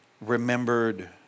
remembered